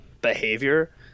behavior